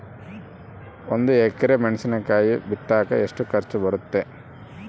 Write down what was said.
ಒಂದು ಎಕರೆ ಮೆಣಸಿನಕಾಯಿ ಬಿತ್ತಾಕ ಎಷ್ಟು ಖರ್ಚು ಬರುತ್ತೆ?